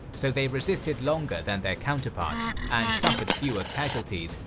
so they resisted longer than their counterparts and suffered fewer casualties,